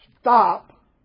stop